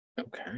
Okay